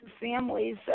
families